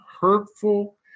hurtful